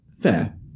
fair